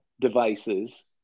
devices